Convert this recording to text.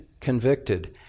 convicted